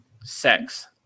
sex